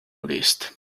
list